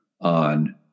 on